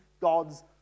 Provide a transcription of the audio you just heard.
God's